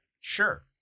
Sure